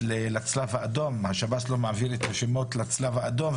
לצלב האדום השב"ס לא מעביר את הרשימות לצלב האדום,